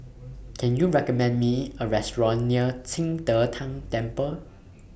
Can YOU recommend Me A Restaurant near Qing De Tang Temple